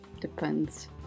Depends